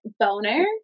boner